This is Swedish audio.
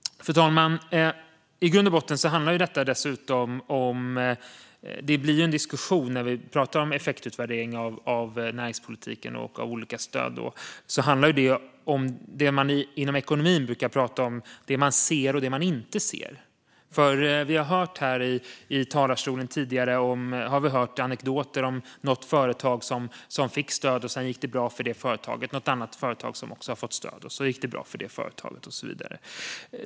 Fru talman! I grund och botten blir det en diskussion där vi pratar om effektutvärdering av näringspolitiken och av olika stöd. Det handlar om det som man inom ekonomin brukar kalla det som man ser och det som man inte ser. Vi har i talarstolen tidigare hört anekdoter om något företag som fick stöd och sedan gick det bra för det företaget och om något annat företag som också fick stöd och så gick det bra för det företaget och så vidare.